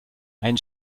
ein